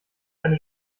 eine